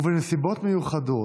בנסיבות מיוחדות,